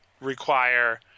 require